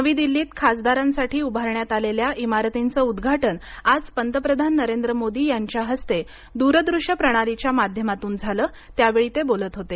नवी दिल्लीत खासदारांसाठी उभारण्यात आलेल्या इमारतींच उद्घाटन आज पंतप्रधान नरेंद्र मोदी यांच्या हस्ते दूरदृश्य प्रणालीच्या माध्यमातून झालं त्यावेळी ते बोलत होते